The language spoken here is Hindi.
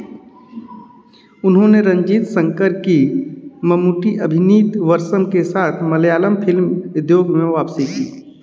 उन्होंने रंजीत संकर की मम्मूटी अभिनीत वर्षम के साथ मलयालम फिल्म उद्योग में वापसी की